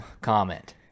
comment